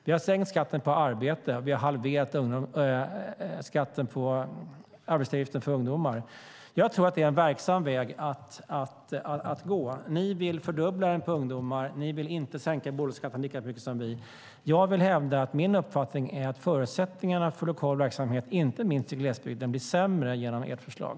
Vi har sänkt skatten på arbete och halverat arbetsgivaravgiften för ungdomar. Jag tror att det är en verksam väg att gå. Ni vill fördubbla arbetsgivaravgiften för ungdomar, och ni vill inte sänka bolagsskatten lika mycket som vi. Min uppfattning är att förutsättningarna för lokal verksamhet, inte minst i glesbygden, blir sämre genom ert förslag.